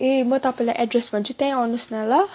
ए म तपाईँलाई एड्रेस भन्छु त्यहीँ आउनुस् न ल